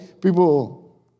People